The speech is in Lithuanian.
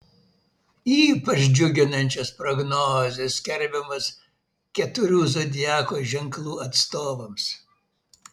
ypač džiuginančios prognozės skelbiamos keturių zodiako ženklų atstovams